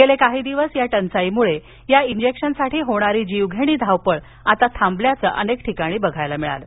गेले काही दिवस टंचाईमुळे या इंजेक्शनसाठी होणारी जीवघेणी धावपळ गेल्या अनेक ठिकाणी बघायला मिळाली आहे